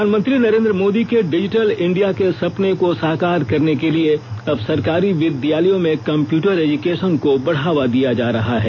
प्रधानमंत्री नरेंद्र मोदी के digital India के सपने को साकार करने के लिए अब सरकारी विद्यालयों में कम्प्यूटर एजुकेशन को बढ़ावा दिया जा रहा है